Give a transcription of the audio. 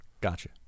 Gotcha